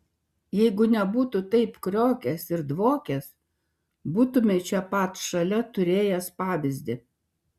jeigu nebūtų taip kriokęs ir dvokęs būtumei čia pat šalia turėjęs pavyzdį